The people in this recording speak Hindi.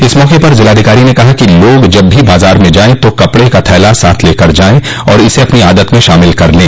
इस मौके पर जिलाधिकारी ने कहा कि लोग जब भी बाजार में जायें तो कपड़े का थैला लेकर जायें और इसे अपनी आदत में शामिल कर लें